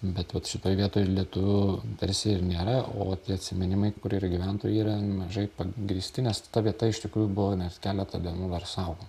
bet vat šitoj vietoj lietuvių tarsi ir nėra o tie atsiminimai kurie yra gyventojų yra mažai pagrįsti nes ta vieta iš tikrųjų buvo net keletą dienų dar saugoma